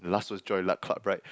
the last was joy luck club right